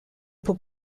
pour